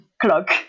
clock